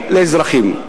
לאזרחים.